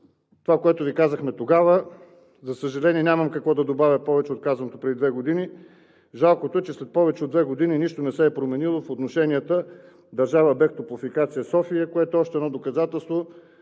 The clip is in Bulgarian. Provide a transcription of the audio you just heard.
беше, което Ви казахме тогава. За съжаление, нямам какво да добавя повече от казаното преди две години. Жалкото е, че след повече от две години нищо не се е променило в отношенията държава – БЕХ – „Топлофикация София“, което е още едно доказателство,